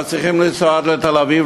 אז צריכים לנסוע עד לתל-אביב,